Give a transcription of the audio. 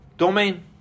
Domain